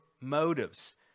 motives